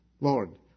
Lord